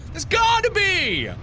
there's got to be,